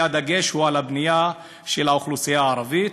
והדגש הוא על הבנייה של האוכלוסייה הערבית.